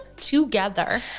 together